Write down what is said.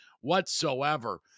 whatsoever